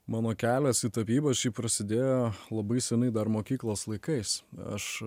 mano kelias į tapybą šiaip prasidėjo labai seniai dar mokyklos laikais aš